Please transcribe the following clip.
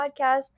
Podcast